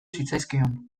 zitzaizkion